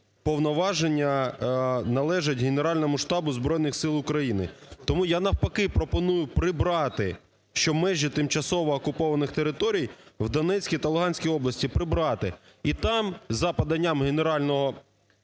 повноваження належать Генеральному штабу Збройних Сил України. Тому я навпаки пропоную прибрати, що межі тимчасово окупованих територій в Донецькій та Луганській області прибрати. І там за поданням Генерального штабу